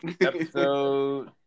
Episode